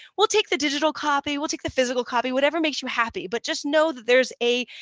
we'll take the digital copy, we'll take the physical copy, whatever makes you happy. but just know that there's a,